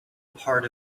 part